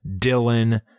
Dylan